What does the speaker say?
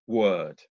word